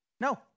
No